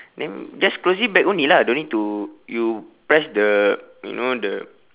then just close it back only lah don't need to you press the you know the